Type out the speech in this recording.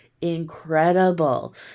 incredible